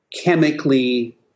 chemically